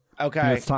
Okay